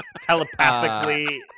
telepathically